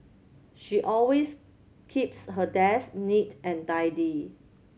she always keeps her desk neat and tidy